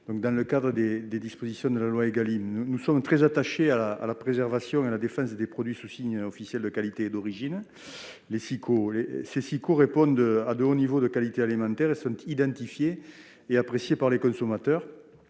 dans le cadre des dispositions de la loi Égalim. Nous sommes très attachés à la préservation et à la défense des produits sous signes officiels d'identification de la qualité et de l'origine. Ces SIQO répondent à de hauts niveaux de qualité alimentaire et sont identifiés et appréciés par les consommateurs.